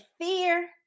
fear